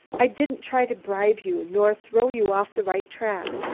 i didn't try to bribe you, nor throw you off the right track.